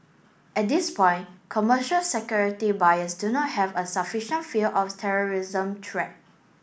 at this point commercial security buyers do not have a sufficient fear of terrorism threat